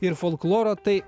ir folkloro tai